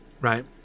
right